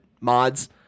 mods